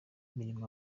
mirimo